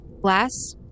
glass